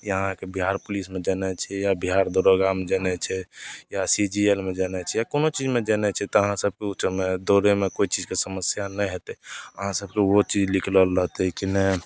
या अहाँके बिहार पुलिसमे जेनाइ छै या बिहार दरोगामे जेनाइ छै या सी जी एल मे जेनाइ छै या कोनो चीजमे जेनाइ छै तऽ अहाँ सभकेँ उठैमे दौड़ैमे कोइ चीजके समस्या नहि हेतै अहाँ सभकेँ ओ चीज निकलल रहतै कि नहि